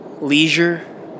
Leisure